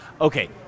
Okay